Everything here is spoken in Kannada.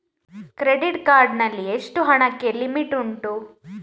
ಕ್ರೆಡಿಟ್ ಕಾರ್ಡ್ ನಲ್ಲಿ ಎಷ್ಟು ಹಣಕ್ಕೆ ಲಿಮಿಟ್ ಉಂಟು?